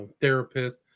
therapist